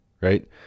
right